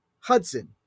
Hudson